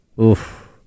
Oof